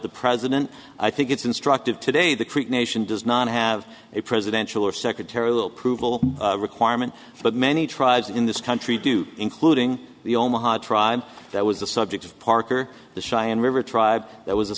the president i think it's instructive today the creek nation does not have a presidential or secretarial proveable requirement but many tribes in this country do including the omaha tribe that was the subject of parker the cheyenne river tribe that was